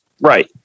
right